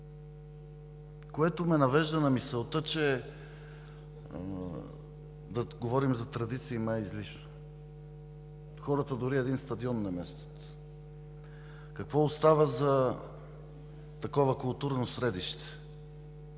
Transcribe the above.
което ме навежда на мисълта, че да говорим за традиции май е излишно. Хората дори и един стадион не местят, какво остава за такова културно средище?!